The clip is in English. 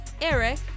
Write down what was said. Eric